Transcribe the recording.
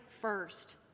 first